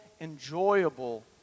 enjoyable